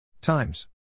Times